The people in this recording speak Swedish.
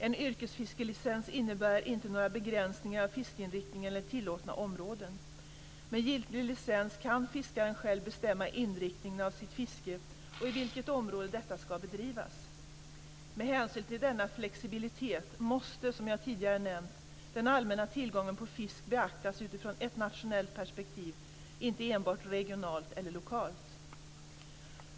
En yrkesfiskelicens innebär inte några begränsningar av fiskeinriktning eller tilllåtna områden. Med giltig licens kan fiskaren själv bestämma inriktningen av sitt fiske och i vilket område detta ska bedrivas. Med hänsyn till denna flexibilitet måste, som jag tidigare nämnt, den allmänna tillgången på fisk beaktas utifrån ett nationellt perspektiv, inte enbart regionalt eller lokalt.